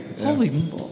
Holy